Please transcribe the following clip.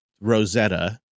Rosetta